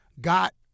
got